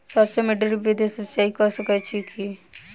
सैरसो मे ड्रिप विधि सँ सिंचाई कऽ सकैत छी की?